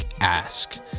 ask